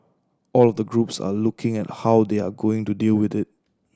all of the groups are looking at how they are going to deal with it